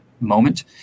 moment